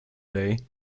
day